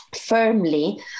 firmly